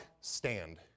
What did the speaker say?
Stand